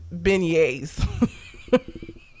Beignets